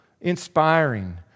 inspiring